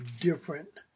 different